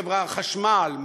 חברת החשמל,